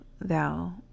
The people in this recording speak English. thou